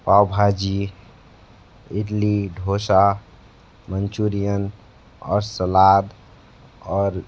पाव bhaji idli dosa Manchurian और salad और